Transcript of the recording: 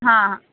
हां हां